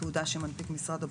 תעודה שמנפיק משרד הבריאות,